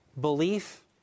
belief